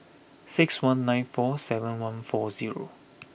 six one nine four seven one four zero